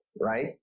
right